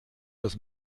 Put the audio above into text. aus